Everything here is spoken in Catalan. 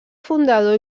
fundador